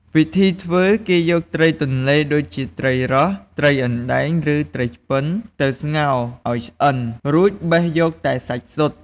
វិធីធ្វើ គេយកត្រីទន្លេ ដូចជាត្រីរ៉ស់ ត្រីអណ្ដែង ឬត្រីឆ្ពិន មកស្ងោរឱ្យឆ្អិន រួចបេះយកតែសាច់សុទ្ធ។